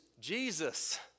Jesus